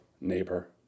neighbor